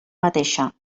mateixa